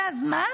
זה הזמן